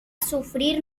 sufrir